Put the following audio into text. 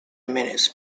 minutes